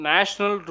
National